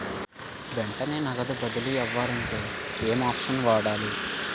వెంటనే నగదు బదిలీ అవ్వాలంటే ఏంటి ఆప్షన్ వాడాలి?